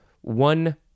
one